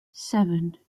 seven